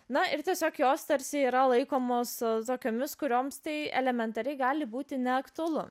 na ir tiesiog jos tarsi yra laikomos tokiomis kurioms tai elementariai gali būti neaktualu